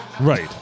Right